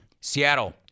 Seattle